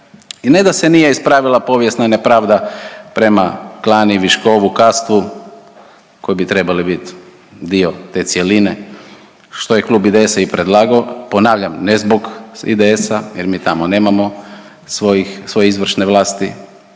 Ne da se nije ispravila povijesna nepravda prema Klani, Viškovu, Kastvu, koji bi trebali bit dio te cjeline, što je Klub IDS-a predlagao, ponavljam ne zbog IDS-a jer mi tamo nemamo svojih, svoje izvršne vlasti,